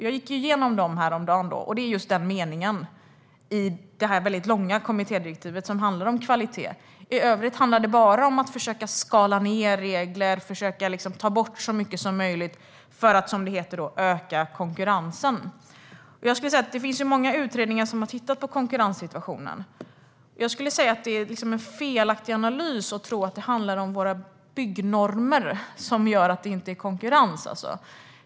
Jag gick igenom det, och en enda mening i detta långa kommittédirektiv handlar om kvalitet. I övrigt handlar det bara om att försöka skala ned regler och ta bort så mycket som möjligt för att, som det heter, öka konkurrensen. Många utredningar har tittat på konkurrenssituationen. Det är en felaktig analys att tro att det är våra byggnormer som gör att det inte råder konkurrens.